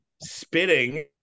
spitting